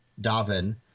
Davin